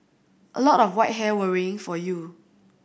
a lot of white hair worrying for you